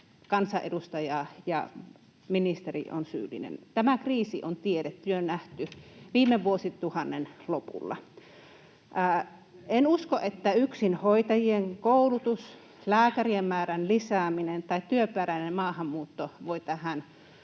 kansanedustaja ja ministeri on syyllinen. Tämä kriisi on tiedetty ja nähty viime vuosituhannen lopulla. En usko, että yksin hoitajien koulutus, lääkärien määrän lisääminen tai työperäinen maahanmuutto voi tähän